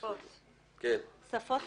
חסרות שפות.